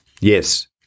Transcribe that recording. Yes